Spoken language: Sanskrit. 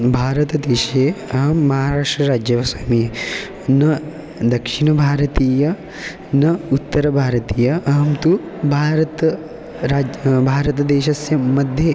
भारतदेशे अहं महाराष्ट्रराज्ये वसामि न दक्षिणभारतीयः न उत्तरभारतीयः अहं तु भारतं राज्यं भारतदेशस्य मध्ये